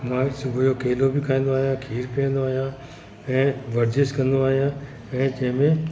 हाणे सुबुह जो केलो बि खाईंदो आहियां खीर पीअंदो आहियां ऐं वर्जिश कंदो आहियां ऐं जंहिं में